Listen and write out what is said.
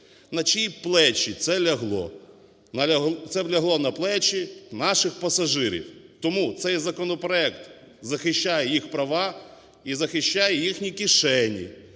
На чиї плечі це лягло? Це б лягло на плечі наших пасажирів. Тому цей законопроект захищає їх права і захищає їхні кишені.